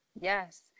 Yes